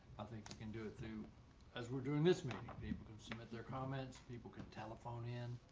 think you can do it through as we're doing this, many people can submit their comments people can telephone in